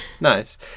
Nice